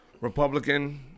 Republican